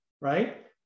right